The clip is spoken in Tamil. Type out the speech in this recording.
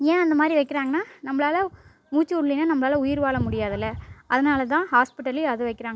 ஏன் அந்த மாதிரி வைக்கிறாங்கன்னா நம்மளால மூச்சு விட்லின்னா நம்மளால் உயிர் வாழ முடியாதுல அதனால் தான் ஹாஸ்பிட்டல்லே அது வைக்கிறாங்க